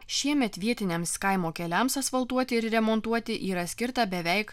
šiemet vietiniams kaimo keliams asfaltuoti ir remontuoti yra skirta beveik